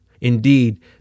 Indeed